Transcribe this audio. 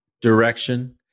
direction